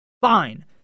fine